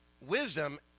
wisdom